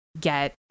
get